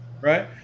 right